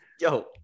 yo